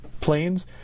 planes